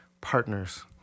partners